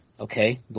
okay